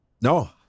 No